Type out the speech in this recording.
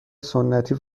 سنتی